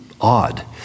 odd